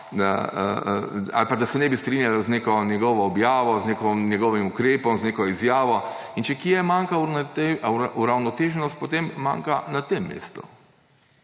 ali pa da se ne bi strinjala z neko njegovo objavo, z njegovim ukrepom, z neko izjavo. Če kje manjka ta uravnoteženost, potem manjka na tem mestu.